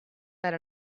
that